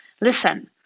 listen